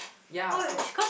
ya so like